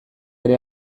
ere